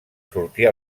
sortir